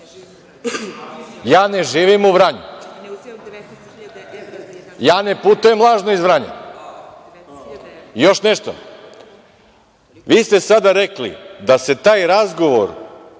Ja ne živim u Vranju, ja ne putujem lažno iz Vranja. Još nešto, vi ste sad rekli da se taj razgovor